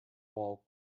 wall